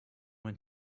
when